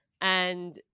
and-